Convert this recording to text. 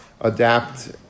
adapt